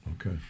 Okay